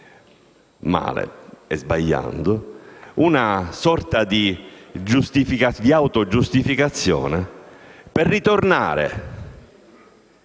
sbagliando, una sorta di autogiustificazione per ritornare,